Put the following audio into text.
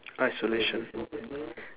isolation